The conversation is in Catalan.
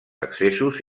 accessos